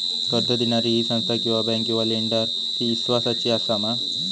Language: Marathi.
कर्ज दिणारी ही संस्था किवा बँक किवा लेंडर ती इस्वासाची आसा मा?